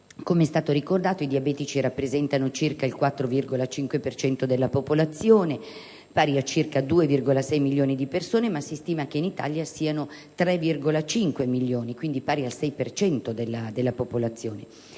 Come è stato ricordato, i diabetici rappresentano oggi circa il 4,5 per cento della popolazione, pari a circa 2,6 milioni di persone, ma si stima che in Italia i malati siano 3,5 milioni, pari al 6 per cento della popolazione.